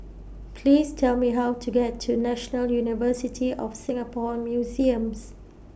Please Tell Me How to get to National University of Singapore Museums